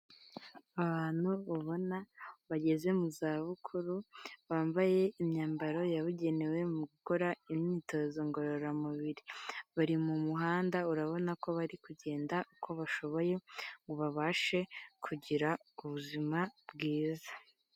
Abantu ubona bageze mu zabukuru bambaye imyambaro yabugenewe mu gukora imyitozo ngororamubiri, bari mu muhanda urabona ko bari kugenda uko bashoboye ngo babashe kugira ubuzima bwiza.